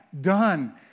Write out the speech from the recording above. done